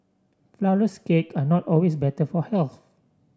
Flourless cake are not always better for health